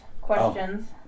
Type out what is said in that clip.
questions